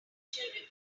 financial